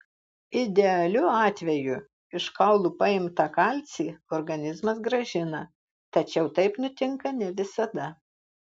idealiu atveju iš kaulų paimtą kalcį organizmas grąžina tačiau taip nutinka ne visada